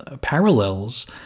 parallels